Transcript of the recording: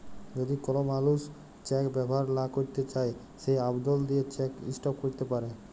যদি কল মালুস চ্যাক ব্যাভার লা ক্যইরতে চায় সে আবদল দিঁয়ে চ্যাক ইস্টপ ক্যইরতে পারে